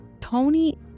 Tony